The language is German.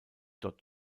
dort